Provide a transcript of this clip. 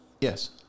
Yes